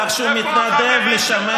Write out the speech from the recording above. אתה כבר קפצת חמש מפלגות.